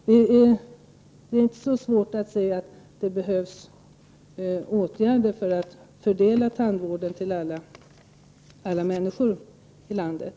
Det är inte så svårt att se att det behövs åtgärder för att fördela tandvården till alla människor i landet.